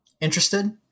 interested